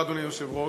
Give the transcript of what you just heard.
אדוני היושב-ראש,